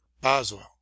Boswell